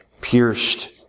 pierced